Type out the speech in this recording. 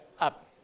up